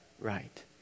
Right